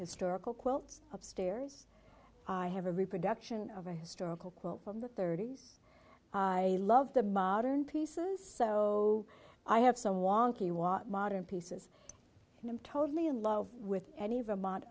historical quotes upstairs i have a reproduction of a historical quote from the thirty's i love the modern pieces so i have some wong modern pieces and i'm totally in love with any